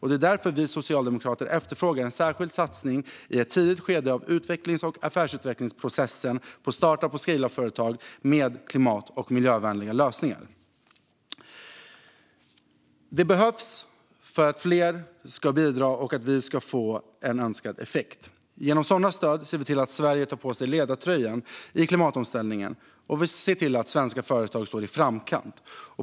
Det är därför vi socialdemokrater efterfrågar en särskild satsning i ett tidigt skede av utvecklings och affärsutvecklingsprocessen på startup och scaleup-företag med klimat och miljövänliga lösningar. Det behövs för att fler ska bidra och för att vi ska få önskad effekt. Genom sådana stöd ser vi till att Sverige tar på sig ledartröjan i klimatomställningen. Vi ser till att svenska företag ligger i framkant.